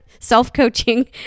self-coaching